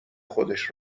خودش